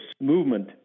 movement